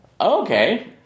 Okay